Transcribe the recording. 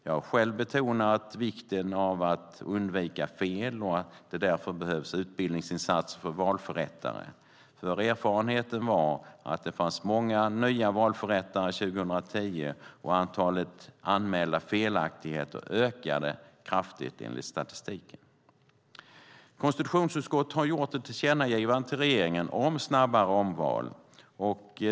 Jag har själv betonat vikten av att undvika fel och att det därför behövs utbildningsinsatser för valförrättare. Erfarenheten var att det 2010 fanns många nya valförrättare, och antalet anmälda felaktigheter ökade kraftigt enligt statistiken. Konstitutionsutskottet har tidigare gjort ett tillkännagivande till regeringen om snabbare omval.